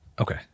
okay